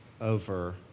over